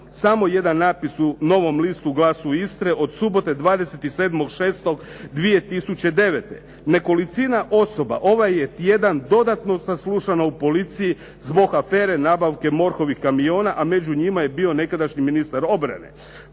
samo jedan napis u Novom listu, Glasu Istre od subote 27.6.2009. "Nekolicina osoba ovaj je tjedan dodatno saslušano u policiji zbog afere nabavke MORH-ovih kamiona, a među njima je bio nekadašnji ministar obrane.